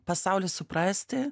pasaulį suprasti